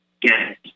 get